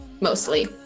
mostly